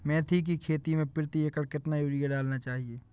मेथी के खेती में प्रति एकड़ कितनी यूरिया डालना चाहिए?